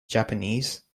japanese